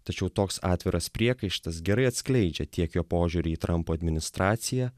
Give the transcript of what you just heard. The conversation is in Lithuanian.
tačiau toks atviras priekaištas gerai atskleidžia tiek jo požiūrį į trampo administraciją